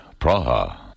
Praha